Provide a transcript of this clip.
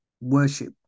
worship